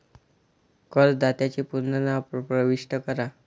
करदात्याचे पूर्ण नाव प्रविष्ट करा